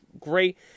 great